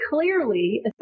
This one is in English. clearly